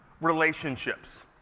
relationships